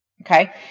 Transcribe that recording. okay